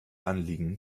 anliegen